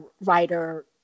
writer